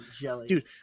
dude